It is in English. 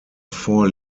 four